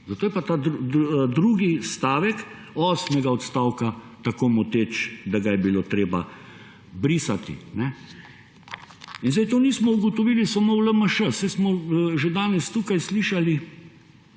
zato je ta drugi stavek osmega odstavka tako moteč, da ga je bilo treba črtati. To nismo ugotovili samo v LMŠ, saj smo že danes tukaj slišali